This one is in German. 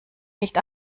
nicht